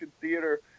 theater